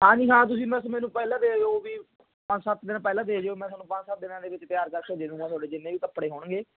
ਹਾਂਜੀ ਹਾਂ ਤੁਸੀਂ ਬਸ ਮੈਨੂੰ ਪਹਿਲਾਂ ਦੇ ਜਿਓ ਵੀ ਪੰਜ ਸੱਤ ਦਿਨ ਪਹਿਲਾਂ ਦੇ ਜਿਓ ਮੈਂ ਤੁਹਾਨੂੰ ਪੰਜ ਸੱਤ ਦਿਨਾਂ ਦੇ ਵਿੱਚ ਤਿਆਰ ਕਰਕੇ ਦੇ ਦੂੰਗਾ ਤੁਹਾਡੇ ਜਿੰਨੇ ਵੀ ਕੱਪੜੇ ਹੋਣਗੇ